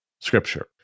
scripture